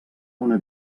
una